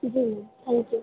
ji thank you